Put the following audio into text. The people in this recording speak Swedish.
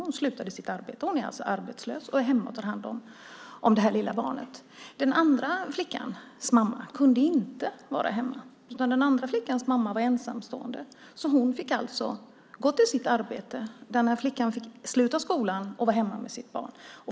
Hon slutade sitt arbete, så hon är arbetslös och är hemma och tar hand om det lilla barnet. Den andra flickans mamma kunde inte vara hemma, för hon var ensamstående och måste gå till sitt arbete. Flickan fick sluta skolan och vara hemma med sitt barn.